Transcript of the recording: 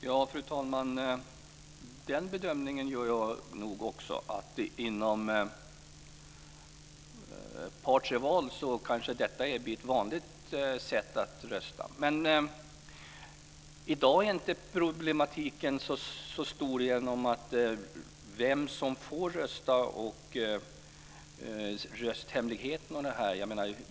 Fru talman! Den bedömningen gör nog jag också. Om ett par tre val kanske detta är ett vanligt sätt att rösta. I dag är inte problematiken så stor när det gäller vem som får rösta, rösthemligheten osv.